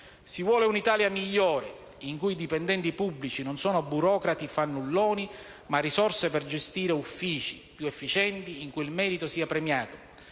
Si vuole un'Italia migliore in cui i dipendenti pubblici non sono burocrati fannulloni, ma risorse per gestire uffici più efficienti in cui il merito sia premiato,